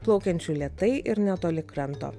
plaukiančių lėtai ir netoli kranto